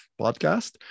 podcast